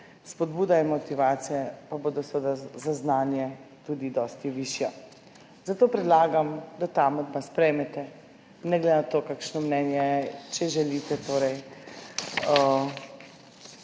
spodbuda in motivacija pa bo seveda za znanje tudi dosti višja. Zato predlagam, da ta amandma sprejmete, ne glede na to kakšno mnenje je, če želite,